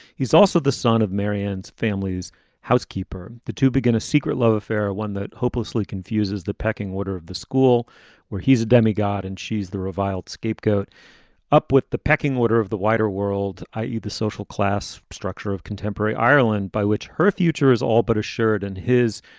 he's also the son of marion's family's housekeeper. the two begin a secret love affair, one that hopelessly confuses the pecking order of the school where he's a demigod and she's the reviled scapegoat upwith the pecking order of the wider world, i e, the social class structure of contemporary ireland by which her future is all but assured and his.